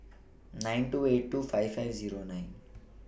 nine two eight two five five Zero nine